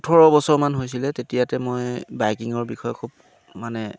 ওঠৰ বছৰমান হৈছিলে তেতিয়াতে মই বাইকিঙৰ বিষয়ে খুব মানে